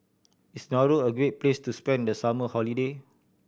is Nauru a great place to spend the summer holiday